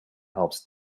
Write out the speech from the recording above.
helps